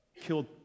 killed